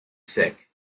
sick